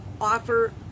offer